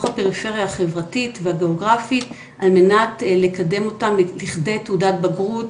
הפריפריה החברתית והגיאוגרפית על מנת לקדם אותם לכדי תעודת בגרות